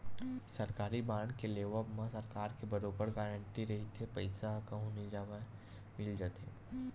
सरकारी बांड के लेवब म सरकार के बरोबर गांरटी रहिथे पईसा ह कहूँ नई जवय मिल जाथे